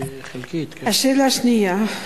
השאלה השנייה,